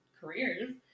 careers